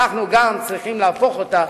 אנחנו גם צריכים להפוך אותה